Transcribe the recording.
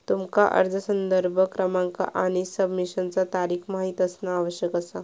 तुमका अर्ज संदर्भ क्रमांक आणि सबमिशनचा तारीख माहित असणा आवश्यक असा